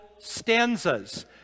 stanzas